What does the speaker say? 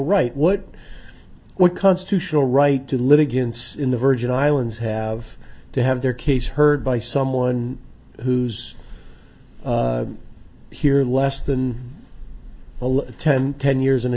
right what what constitutional right to live against in the virgin islands have to have their case heard by someone who's here less than a little ten ten years in a